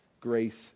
grace